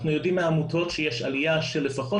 אנחנו יודעים מהעמותות שיש עליה של לפחות